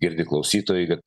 girdi klausytojai kad